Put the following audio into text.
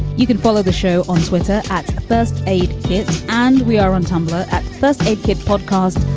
you can follow the show on twitter at first aid kit and we are on tumblr at first aid kit podcast,